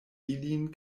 ilin